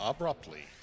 Abruptly